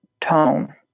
tone